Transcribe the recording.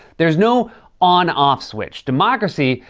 there's no on off switch. democracy,